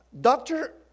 Doctor